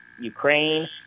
Ukraine